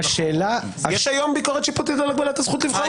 יש היום ביקורת שיפוטית על הגבלת הזכות לבחור?